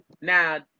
Now